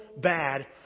bad